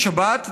בשבת,